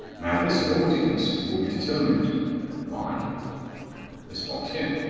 now, this audience will be determined by this box here,